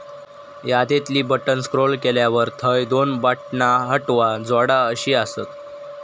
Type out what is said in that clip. यादीतली बटण स्क्रोल केल्यावर थंय दोन बटणा हटवा, जोडा अशी आसत